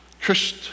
Christ